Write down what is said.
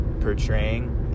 portraying